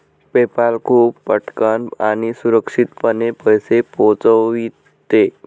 PayPal खूप पटकन आणि सुरक्षितपणे पैसे पोहोचविते